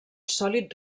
sòlid